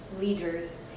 leaders